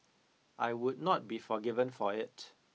I would not be forgiven for it